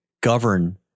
govern